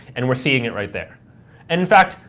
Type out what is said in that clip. and we're seeing it right there. and in fact,